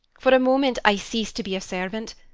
for a moment i cease to be a servant,